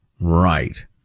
right